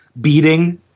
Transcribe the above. beating